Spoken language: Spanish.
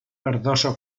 verdoso